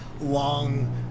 long